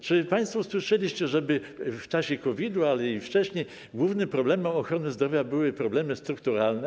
Czy państwo słyszeliście, żeby w czasie COVID-u, ale i wcześniej głównym problemem ochrony zdrowia były problemy strukturalne?